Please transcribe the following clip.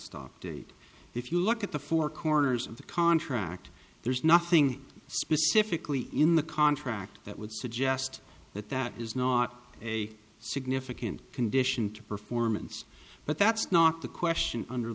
stop date if you look at the four corners of the contract there's nothing specifically in the contract that would suggest that that is not a significant condition to performance but that's not the question under